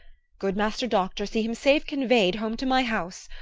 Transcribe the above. good master doctor, see him safe convey'd home to my house.